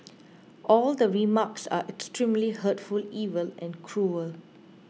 all the remarks are extremely hurtful evil and cruel